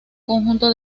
conjunto